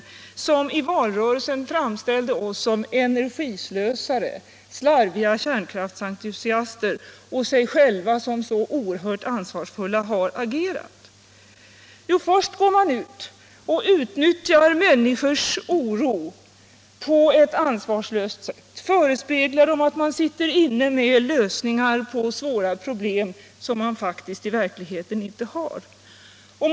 — efter att de i valrörelsen framställt oss som energislösare, slarviga kärnkraftsentusiaster och sig själva som så oerhört ansvarsfulla — nu har agerat. Jo, man går ut och utnyttjar människors oro på ett ansvarslöst sätt för att vinna röster, förespeglar dem att man sitter inne med lösningar på svåra problem som man faktiskt i verkligheten inte har.